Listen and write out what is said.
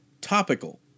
Topical